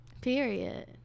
period